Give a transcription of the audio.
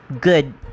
good